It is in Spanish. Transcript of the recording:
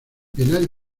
bienal